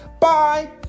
Bye